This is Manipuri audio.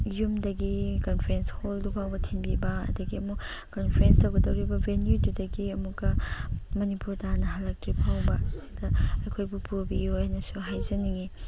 ꯌꯨꯝꯗꯒꯤ ꯀꯟꯐ꯭ꯔꯦꯟꯁ ꯍꯣꯜꯗꯨ ꯐꯥꯎꯕ ꯊꯤꯟꯕꯤꯕ ꯑꯗꯒꯤ ꯑꯃꯨꯛ ꯀꯟꯐ꯭ꯔꯦꯟꯁ ꯇꯧꯒꯗꯧꯔꯤꯕ ꯚꯦꯅ꯭ꯌꯨꯗꯨꯗꯒꯤ ꯑꯃꯨꯛꯀ ꯃꯅꯤꯄꯨꯔ ꯇꯥꯟꯅ ꯍꯜꯂꯛꯇ꯭ꯔꯤ ꯐꯥꯎꯕ ꯁꯤꯗ ꯑꯩꯈꯣꯏꯕꯨ ꯄꯨꯕꯤꯌꯣꯅꯁꯨ ꯍꯥꯏꯖꯅꯤꯡꯉꯤ